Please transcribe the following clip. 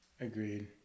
Agreed